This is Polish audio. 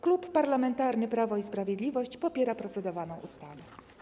Klub Parlamentarny Prawo i Sprawiedliwość popiera procedowaną ustawę.